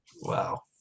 Wow